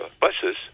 buses